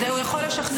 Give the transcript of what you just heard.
הוא יכול לשכנע אותי.